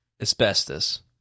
asbestos